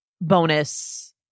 bonus